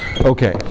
Okay